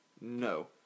No